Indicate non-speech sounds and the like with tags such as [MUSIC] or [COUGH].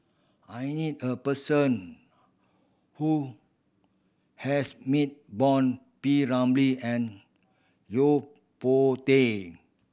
I need a person who has meet [UNINTELLIGIBLE] P Ramlee and Yo Po Tee